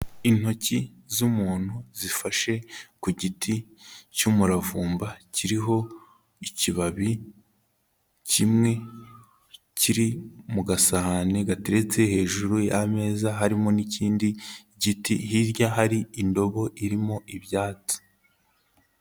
Intoki z'umuntu zifashe ku giti cy'umuravumba kiriho ikibabi kimwe kiri mu gasahane gateretse hejuru y'ameza, harimo n'ikindi giti, hirya hari indobo irimo ibyatsi.